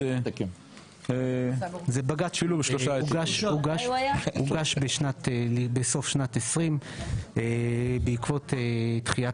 זה בג"צ שהוגש בסוף שנת 2020 בעקבות דחיית